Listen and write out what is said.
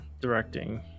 directing